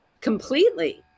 Completely